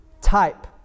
type